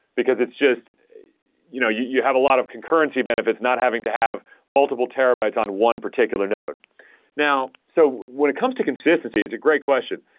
because it's just you know you you have a lot of concurrency benefits not having to have multiple terabytes on one particular note node. so when it comes to consistency, it's a great question.